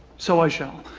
so i shall.